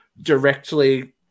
directly